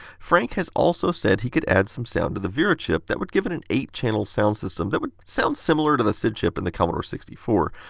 frank has also said he could add some sound the vera chip that would give it an eight channel sound system that would sound similar to the sid chip in the commodore sixty four.